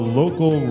local